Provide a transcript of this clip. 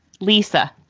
Lisa